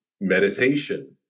meditation